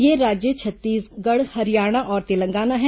ये राज्य छत्तीसगढ़ हरियाणा और तेलंगाना है